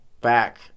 back